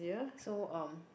so um